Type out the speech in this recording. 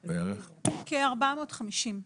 כ-450.